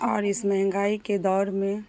اور اس مہنگائی کے دور میں